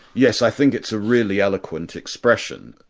yes, i think it's a really eloquent expression.